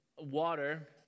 water